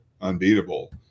unbeatable